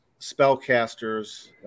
spellcasters